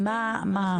אנחנו --- מה העלייה?